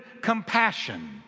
compassion